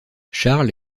charles